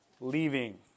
leaving